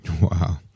Wow